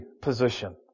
position